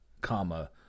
comma